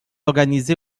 organisé